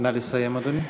נא לסיים, אדוני.